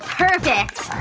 perfect.